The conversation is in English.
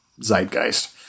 zeitgeist